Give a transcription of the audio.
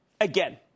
Again